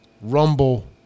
Rumble